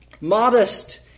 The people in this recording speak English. modest